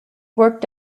worked